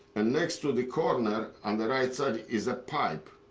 and next to the corner on the right side is a pipe.